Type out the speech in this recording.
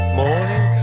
morning